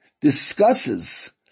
discusses